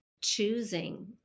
choosing